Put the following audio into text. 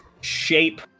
shape